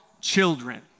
children